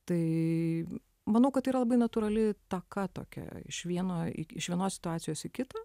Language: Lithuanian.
tai manau kad tai yra labai natūrali taka tokia iš vieno iš vienos situacijos į kitą